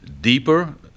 deeper